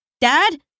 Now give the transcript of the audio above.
dad